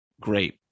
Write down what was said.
great